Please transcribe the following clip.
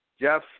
Jeff